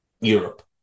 Europe